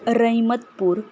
Rahimatpur